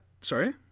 sorry